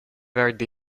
verde